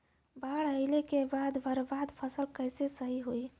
बाढ़ आइला के बाद बर्बाद फसल कैसे सही होयी?